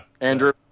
Andrew